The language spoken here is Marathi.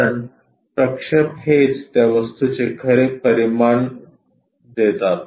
कारण प्रक्षेप हेच त्या वस्तूचे खरे परिमाण देतात